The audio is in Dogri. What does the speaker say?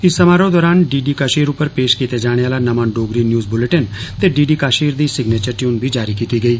इस समारोह दौरान डी डी काशीर उप्पर पेश कीते जाने आह्ला नमां डोगरी न्यूज बुलेटिन ते डी डी काशीर दी सिग्नेचर टयून बी जारी कीती गेई